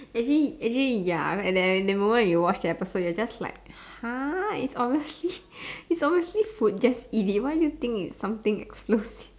actually actually ya at that at that moment when you watch that episode you're just like !huh! it's obviously it's obviously food just eat it why do you think it's something explosive